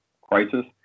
crisis